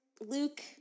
Luke